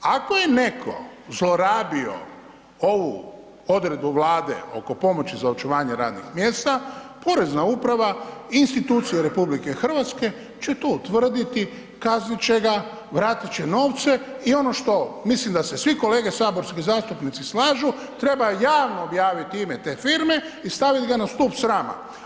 Ako je neko zlorabio ovu odredbu Vlade oko pomoći za očuvanje radnih mjesta, porezna uprava i institucije RH će to utvrditi, kaznit će ga, vratit će novce i ono što mislim da se svi kolege saborski zastupnici slažu, treba javno objavit ime te firme i stavit ga na stup srama.